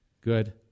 Good